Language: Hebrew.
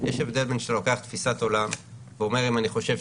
יש הבדל בין תפיסת עולם שאתה אומר שהיא